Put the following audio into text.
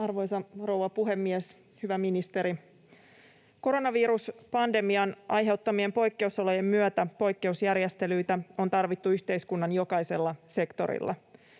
Arvoisa rouva puhemies! Hyvä ministeri! Koronaviruspandemian aiheuttamien poikkeusolojen myötä poikkeusjärjestelyitä on tarvittu yhteiskunnan jokaisella sektorilla.